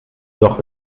doch